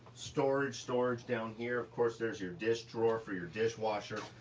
storage storage down here. of course, there's your dish drawer for your dishwasher.